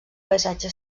paisatge